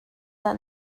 dah